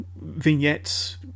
vignettes